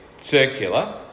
circular